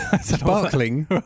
sparkling